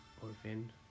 orphan